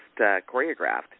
choreographed